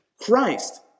Christ